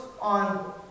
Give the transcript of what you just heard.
on